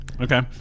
Okay